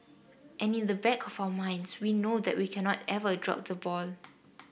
and in the back of our minds we know that we cannot ever drop the ball